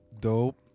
dope